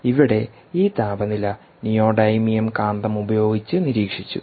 ഇവിടെ ഈ താപനില നിയോഡീമിയം കാന്തം ഉപയോഗിച്ച് നിരീക്ഷിച്ചു